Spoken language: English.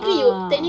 ah